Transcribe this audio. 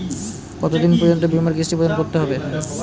কতো দিন পর্যন্ত বিমার কিস্তি প্রদান করতে হবে?